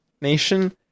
nation